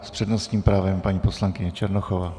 S přednostním právem paní poslankyně Jana Černochová.